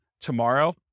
tomorrow